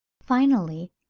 finally,